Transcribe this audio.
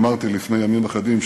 אמרתי לפני ימים אחדים,